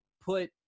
put